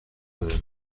within